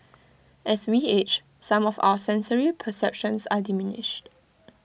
as we age some of our sensory perceptions are diminished